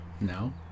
No